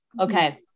Okay